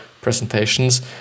presentations